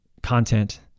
content